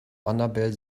annabel